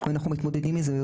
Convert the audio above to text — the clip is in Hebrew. ואנחנו מתמודדים עם זה.